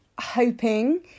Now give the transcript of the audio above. hoping